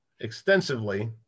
extensively